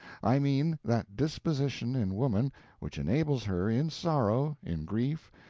i mean that disposition in woman which enables her, in sorrow, in grief,